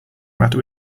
matter